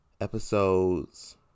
episodes